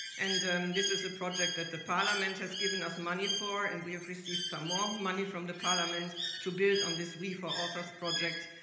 and um this is a project that the parliament has given us money for, and we have received more um money from the parliament to build on this we four authors project,